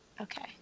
Okay